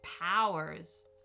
powers